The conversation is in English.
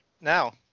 now